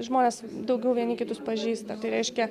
žmonės daugiau vieni kitus pažįsta tai reiškia